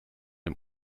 dem